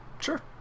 Sure